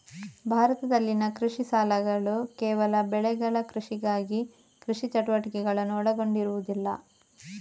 ಭಾರತದಲ್ಲಿನ ಕೃಷಿ ಸಾಲಗಳುಕೇವಲ ಬೆಳೆಗಳ ಕೃಷಿಗಾಗಿ ಕೃಷಿ ಚಟುವಟಿಕೆಗಳನ್ನು ಒಳಗೊಂಡಿರುವುದಿಲ್ಲ